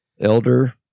Elder